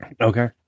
Okay